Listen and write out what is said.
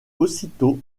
aussitôt